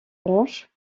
branches